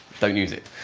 don't use it.